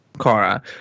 Kara